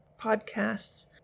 podcasts